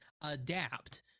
adapt